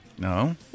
No